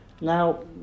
Now